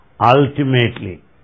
Ultimately